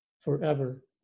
forever